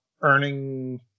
earning